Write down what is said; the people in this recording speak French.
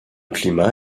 climat